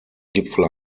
gipfel